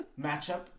matchup